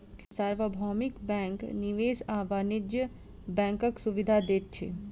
सार्वभौमिक बैंक निवेश आ वाणिज्य बैंकक सुविधा दैत अछि